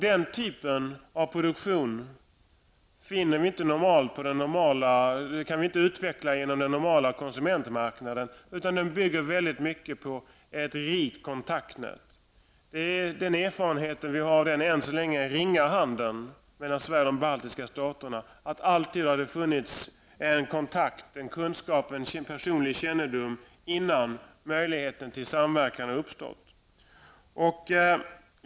Den typen av produktion kan vi inte utveckla genom den normala konsumentmarknaden, utan den bygger väldigt mycket på ett rikt kontaktnät. Det är den erfarenhet som vi har av den än så länge ringa handeln mellan Sverige och de baltiska staterna att det alltid har funnits en kontakt, en kunskap och en personlig kännedom innan möjligheter till samverkan ha uppstått.